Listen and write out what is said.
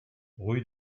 rue